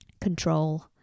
Control